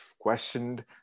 questioned